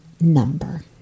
number